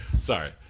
Sorry